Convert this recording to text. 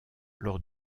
lors